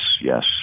yes